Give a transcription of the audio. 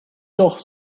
doch